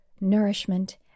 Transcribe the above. nourishment